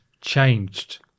changed